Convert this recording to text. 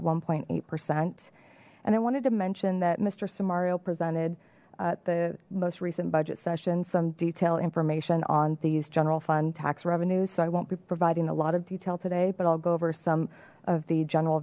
one point eight percent and i wanted to mention that mister siew mario presented at the most recent budget session some detailed information on these general fund tax revenues so i won't be providing a lot of detail today but i'll go over some of the general